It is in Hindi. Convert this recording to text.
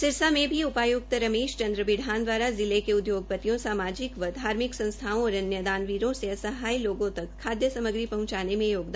सिरसा में भी उपायुक्त रमेश चन्द्र बिढान द्वाराजिले के उद्योग पतियों सामाजिक व धार्मिक संसथाओं और अन्य दानवीरों से असहाय लोगों तक खाद्य सामग्री पहंचाने में योगदान देने की अपील की है